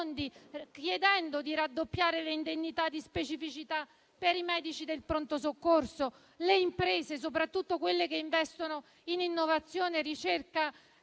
chiedendo di raddoppiare le indennità di specificità per i medici del pronto soccorso, le imprese, soprattutto quelle che investono in innovazione, ricerca